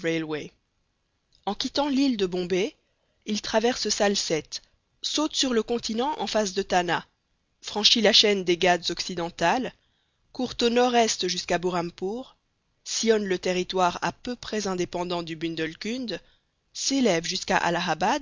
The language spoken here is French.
en quittant l'île de bombay il traverse salcette saute sur le continent en face de tannah franchit la chaîne des ghâtes occidentales court au nord-est jusqu'à burhampour sillonne le territoire à peu près indépendant du bundelkund s'élève jusqu'à